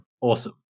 awesome